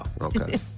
okay